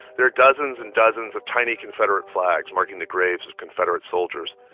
there are dozens and dozens of tiny confederate flags marking the graves of confederate soldiers.